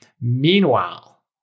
Meanwhile